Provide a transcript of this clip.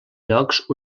llocs